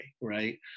right